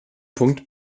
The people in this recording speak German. punkt